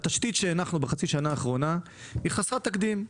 התשתית שהנחנו בחצי השנה האחרונה היא חסרת תקדים,